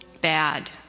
bad